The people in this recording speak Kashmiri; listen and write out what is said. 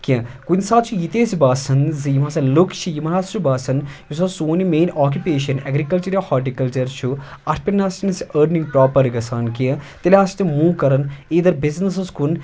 کینٛہہ کُنہِ ساتہٕ چھُ یِتہِ اَسہِ باسان زِ یِم ہَسا لُکھ چھِ یِمن ہَسا چھُ باسان یُس ہسا سون یہِ مین آکَپیشَن اٮ۪گرِکَلچَر یا ہاٹہِ کَلچَر چھُ اَتھ پٮ۪ٹھ نہ سَا چھِنہٕ اَسہِ أرنِنٛگ پرٛاپَر گژھان کینٛہہ تیٚلہِ ہسا چھِ تِم موٗ کَران ایٖدھر بِزنٮ۪سَس کُن